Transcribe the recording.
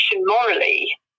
morally